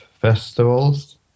Festivals